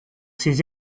ses